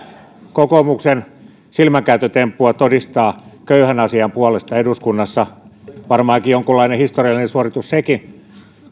kokoomuksen silmänkääntötemppua todistaa köyhän asian puolesta eduskunnassa varmaankin jonkunlainen historiallinen suoritus sekin